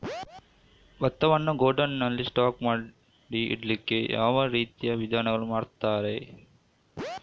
ಭತ್ತವನ್ನು ಗೋಡೌನ್ ನಲ್ಲಿ ಸ್ಟಾಕ್ ಮಾಡಿ ಇಡ್ಲಿಕ್ಕೆ ಯಾವ ರೀತಿಯ ವಿಧಾನಗಳನ್ನು ಮಾಡ್ತಾರೆ?